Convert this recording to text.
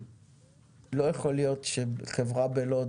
לא יכול להיות שחברה בלוד,